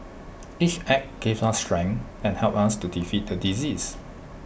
each act gave us strength and helped us to defeat the disease